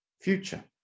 Future